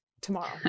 tomorrow